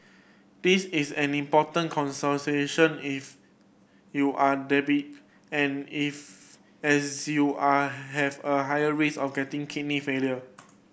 this is an important if you are and if as you are have a higher risk of getting kidney failure